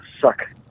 suck